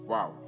Wow